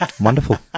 Wonderful